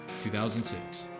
2006